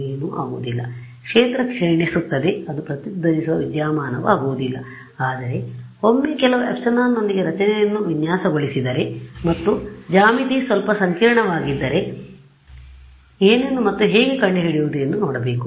ಏನೂ ಆಗುವುದಿಲ್ಲ ಕ್ಷೇತ್ರ ಕ್ಷೀಣಿಸುತ್ತದೆ ಅದು ಪ್ರತಿಧ್ವನಿಸುವ ವಿದ್ಯಮಾನವಾಗುವುದಿಲ್ಲ ಆದರೆ ಒಮ್ಮೆ ಕೆಲವು ಎಪ್ಸಿಲಾನ್ನೊಂದಿಗೆ ರಚನೆಯನ್ನು ವಿನ್ಯಾಸಗೊಳಿಸಿದರೆ ಮತ್ತು ಜ್ಯಾಮಿತಿ ಸ್ವಲ್ಪ ಸಂಕೀರ್ಣವಾಗಿದ್ದರೆ resonate frequency ರೆಸೊನೇಟ್ ಫ್ರಿಕ್ವೆನ್ಸಿ ಏನೆಂದು ಮತ್ತು ಹೇಗೆ ಕಂಡುಹಿಡಿಯುವುದು ಎಂದು ನೋಡಬೇಕು